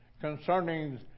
concerning